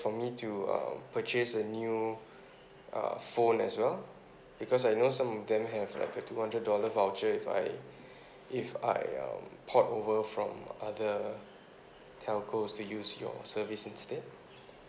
for me to um purchase a new uh phone as well because I know some of them have like a two hundred dollar voucher if I if I um port over from other telcos to use your service instead